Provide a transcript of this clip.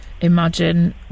imagine